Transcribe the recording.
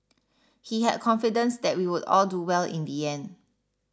he had confidence that we would all do well in the end